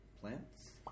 plants